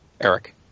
Eric